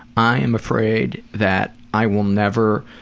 i am afraid that i will never